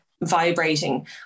vibrating